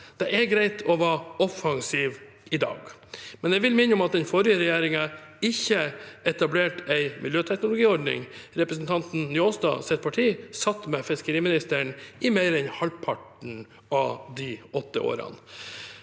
Det er greit å være offensiv i dag, men jeg vil minne om at den forrige regjeringen ikke etablerte en miljøteknologiordning. Representanten Njåstads parti satt med fiskeriministeren i mer enn halvparten av de åtte årene.